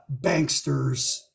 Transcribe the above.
banksters